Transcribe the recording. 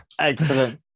excellent